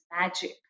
magic